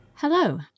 Hello